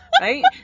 right